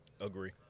Agree